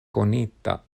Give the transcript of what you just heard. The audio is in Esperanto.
konita